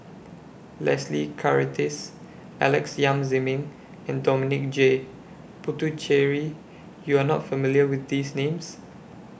Leslie Charteris Alex Yam Ziming and Dominic J Puthucheary YOU Are not familiar with These Names